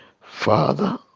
Father